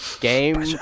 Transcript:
Game